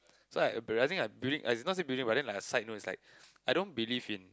so I I building as in not say building but then on a side note is like I don't believe in